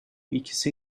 ikisi